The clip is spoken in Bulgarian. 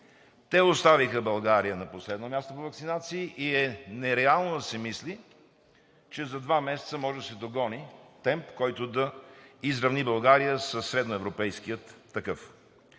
Те оставиха България на последно място по ваксинации и е нереално да се мисли, че за два месеца може да се догони темп, който да изравни България със средноевропейския такъв.